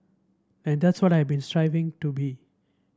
and that's what I have been striving to be